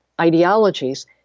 ideologies